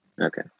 Okay